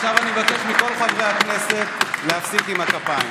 עכשיו אני מבקש מכל חברי הכנסת להפסיק עם הכפיים.